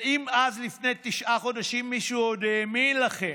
ואם אז, לפני תשעה חודשים, מישהו עוד האמין לכם,